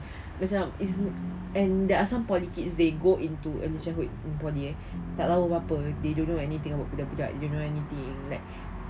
macam it is and there are some poly kids they go into early childhood in poly eh tak tahu apa-apa they don't know anything about budak-budak you don't know anything like